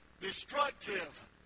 destructive